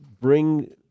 bring